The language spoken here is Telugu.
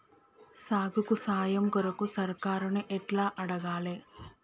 సాగుకు సాయం కొరకు సర్కారుని ఎట్ల అడగాలే?